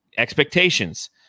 expectations